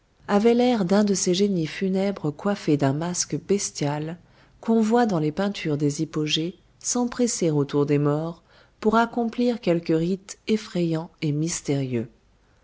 avait l'air d'un de ces génies funèbres coiffés d'un masque bestial qu'on voit dans les peintures des hypogées s'empresser autour des morts pour accomplir quelque rite effrayant et mystérieux